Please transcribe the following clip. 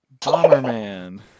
Bomberman